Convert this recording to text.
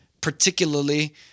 particularly